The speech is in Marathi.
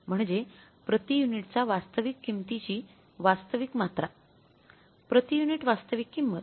म्हणजे प्रति युनिटच्या वास्तविक किंमतीची वास्तविक मात्रा प्रतियुनिट वास्तविक किंमत